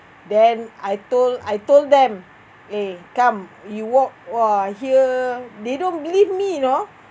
then I told I told them !hey! come you walk !wah! here they don't believe me you know